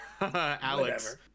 Alex